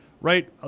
right